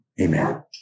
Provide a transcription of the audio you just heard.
Amen